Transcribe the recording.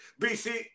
BC